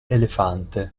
elefante